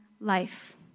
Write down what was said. life